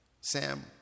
Sam